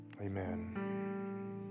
Amen